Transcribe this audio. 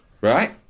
right